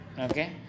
okay